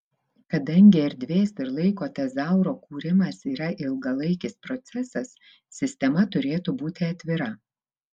kadangi erdvės ir laiko tezauro kūrimas yra ilgalaikis procesas sistema turėtų būti atvira